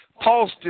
Paul's